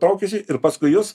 traukiasi ir paskui juos